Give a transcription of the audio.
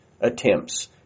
attempts